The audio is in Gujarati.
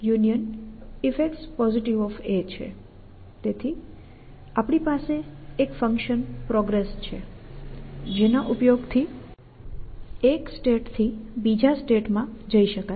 તેથી આપણી પાસે એક ફંકશન progress છે જેના ઉપયોગથી એક સ્ટેટથી બીજા સ્ટેટમાં જઈ શકાય